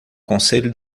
conselho